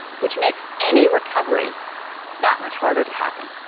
which makes any recovery that much harder to happen.